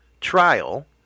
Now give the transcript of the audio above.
trial